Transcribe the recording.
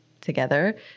together